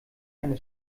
eine